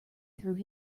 through